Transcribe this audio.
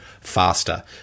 faster